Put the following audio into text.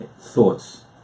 thoughts